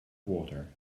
water